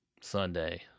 Sunday